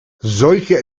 solche